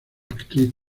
actriz